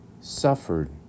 suffered